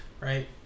Right